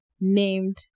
named